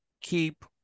keep